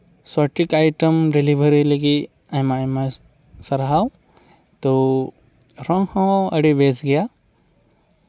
ᱥᱚᱴᱷᱤᱠ item delivery ᱞᱟᱹᱜᱤᱫ ᱟᱭᱢᱟ ᱟᱭᱢᱟ ᱥᱟᱨᱦᱟᱣ ᱛᱳ ᱨᱚᱝ ᱦᱚᱸ ᱟᱹᱰᱤ ᱵᱮᱥ ᱜᱮᱭᱟ